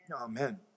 Amen